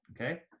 Okay